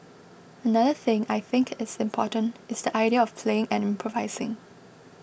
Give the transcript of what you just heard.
another thing I think is important is the idea of playing and improvising